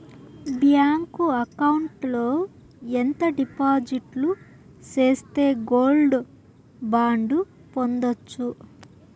Bank account లో ఎంత డిపాజిట్లు సేస్తే గోల్డ్ బాండు పొందొచ్చు?